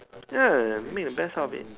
ya make the best out of it